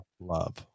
love